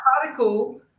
particle